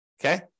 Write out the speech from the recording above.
okay